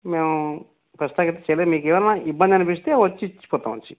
మేము ప్రస్తుతానికైతే చేయలేదు మీకు ఏమైనా ఇబ్బంది అనిపిస్తే వచ్చి ఇచ్చి పోతాం వచ్చి